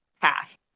path